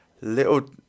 Little